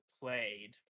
played